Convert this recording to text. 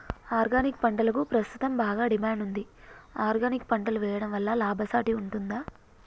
Organic పంటలకు ప్రస్తుతం బాగా డిమాండ్ ఉంది ఆర్గానిక్ పంటలు వేయడం వల్ల లాభసాటి ఉంటుందా?